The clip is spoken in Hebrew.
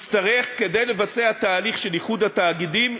כדי לבצע תהליך של איחוד התאגידים,